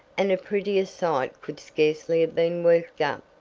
and a prettier sight could scarcely have been worked up,